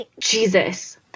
Jesus